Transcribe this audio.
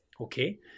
Okay